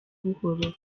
buhoro